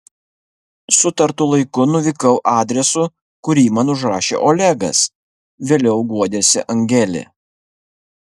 sutartu laiku nuvykau adresu kurį man užrašė olegas vėliau guodėsi angelė